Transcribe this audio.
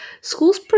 schools